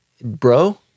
bro